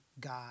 God